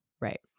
right